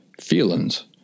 feelings